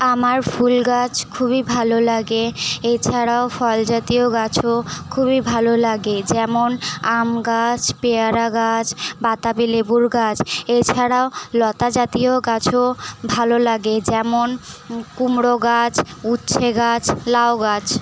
আমার ফুলগাছ খুবই ভালো লাগে এছাড়াও ফল জাতীয় গাছও খুবই ভালো লাগে যেমন আম গাছ পেয়ারা গাছ বাতাবি লেবুর গাছ এছাড়াও লতা জাতীয় গাছও ভালো লাগে যেমন কুমড়ো গাছ উচ্ছে গাছ লাউগাছ